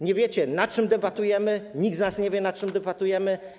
Nie wiecie, nad czym debatujemy, nikt z nas nie wie, nad czym debatujemy.